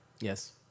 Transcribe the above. Yes